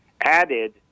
added